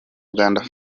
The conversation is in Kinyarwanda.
uganda